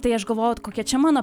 tai aš galvojau vat kokia čia mano